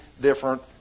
different